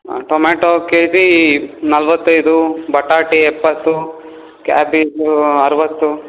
ಹಾಂ tomato KG ನಲ್ವತ್ತೈದು ಬಟಾಟೆ ಎಪ್ಪತ್ತು ಕ್ಯಾಬೇಜೂ ಅರವತ್ತು